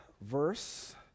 verse